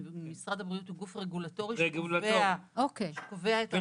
משרד הבריאות הוא גוף רגולטורי שקובע את ההגדרות.